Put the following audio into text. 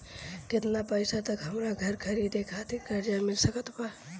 केतना पईसा तक हमरा घर खरीदे खातिर कर्जा मिल सकत बा?